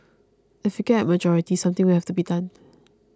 if we get a majority something will have to be done